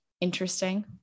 interesting